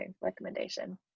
Recommendation